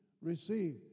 Receive